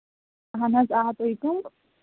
اَہن حظ آ تُہۍ کَم